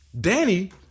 Danny